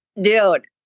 dude